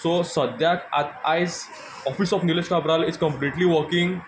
so सद्याक आ आयज office of Nilesh Cabral is completely working